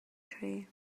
tree